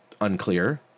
unclear